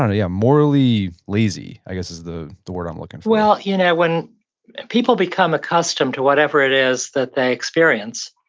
yeah morally lazy, i guess, is the the word i'm looking for well, you know when and people become accustomed to whatever it is that they experience,